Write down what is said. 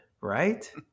right